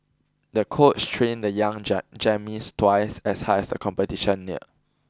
the coach trained the young twice as hard as the competition neared